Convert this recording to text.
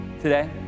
today